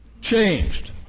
changed